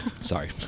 Sorry